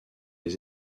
les